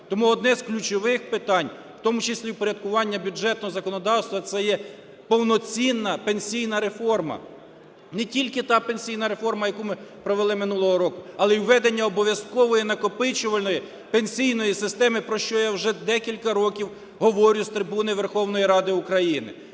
Тому одне з ключових питань, у тому числі впорядкування бюджетного законодавства – це є повноцінна пенсійна реформа. Не тільки та пенсійна реформа, яку ми провели минулого року, але й введення обов'язкової накопичувальної пенсійної системи, про що я вже декілька років говорю з трибуни Верховної Ради України.